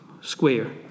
square